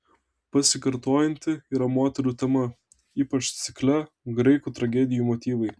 pasikartojanti yra moterų tema ypač cikle graikų tragedijų motyvai